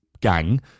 Gang